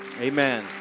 amen